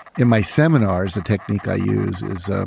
in my seminars the technique i use is, ah